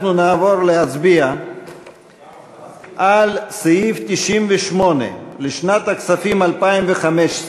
אנחנו נעבור להצביע על סעיף 98 לשנת הכספים 2015,